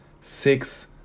six